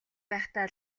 байхдаа